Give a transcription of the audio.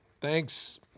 Thanks